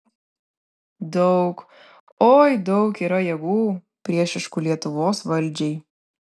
daug oi daug yra jėgų priešiškų lietuvos valdžiai